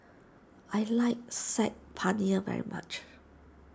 I like Saag Paneer very much